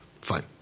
fine